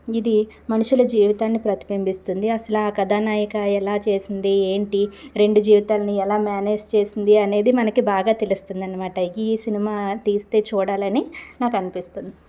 ఇది మనుషుల జీవితాన్ని ప్రతిభింబిస్తుంది అసలు ఆ కథానాయక ఎలా చేసింది ఏంటి రెండు జీవితాలను ఎలా మెనేజ్ చేసింది అనేది మనకి బాగా తెలుస్తుంది అనమాట ఈ సినిమా తీస్తే చూడాలని నాకు అనిపిస్తుంది